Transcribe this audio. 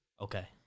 okay